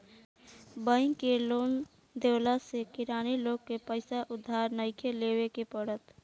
bank के loan देवला से किरानी लोग के पईसा उधार नइखे लेवे के पड़त